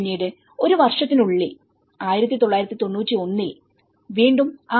പിന്നീട് ഒരു വർഷത്തിനുള്ളിൽ 1991 ൽ വീണ്ടും 6